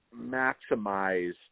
maximized